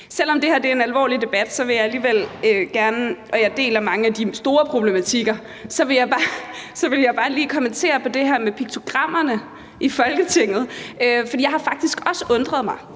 Selv om det her er en alvorlig debat, vil jeg alligevel gerne – og jeg deler den opfattelse, at der er mange store problematikker – bare lige kommentere på det her med piktogrammerne i Folketinget, for jeg har faktisk også undret mig.